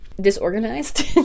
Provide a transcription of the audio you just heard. disorganized